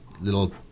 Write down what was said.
little